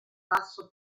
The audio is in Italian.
basso